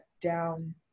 down